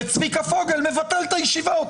וצביקה פוגל מבטל את הישיבות.